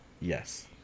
Yes